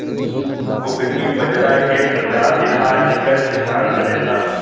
कुगनी बजरा के प्रजाति ह एकर पिसान बनेला